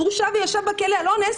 הורשע וישב בכלא על אונס,